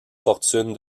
fortune